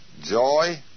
joy